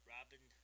Robin